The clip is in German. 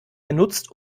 genutzt